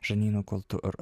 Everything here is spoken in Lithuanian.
žarnyno kultur